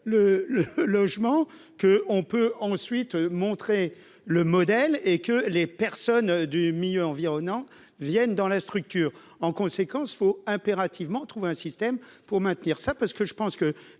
le logement que on peut ensuite montré le modèle et que les personnes du milieu environnant viennent dans la structure en conséquence faut impérativement trouver un système pour maintenir ça parce que je pense que